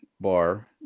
bar